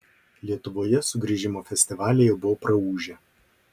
lietuvoje sugrįžimo festivaliai jau buvo praūžę